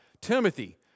Timothy